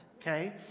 okay